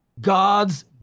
God's